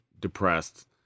depressed